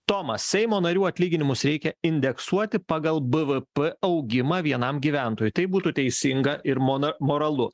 tomas seimo narių atlyginimus reikia indeksuoti pagal bvp augimą vienam gyventojui tai būtų teisinga ir mona moralu